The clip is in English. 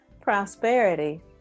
prosperity